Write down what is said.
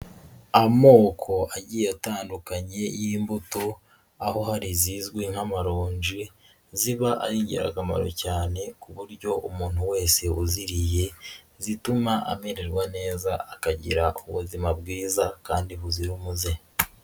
Amoko agiye atandukanye y'imbuto, aho hari izizwi nk'amaronji ziba ari ingirakamaro cyane ku buryo umuntu wese uziriye zituma amererwa neza akagira ubuzima bwiza kandi buzira umuze.